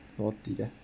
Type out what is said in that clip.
forty ya